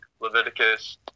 Leviticus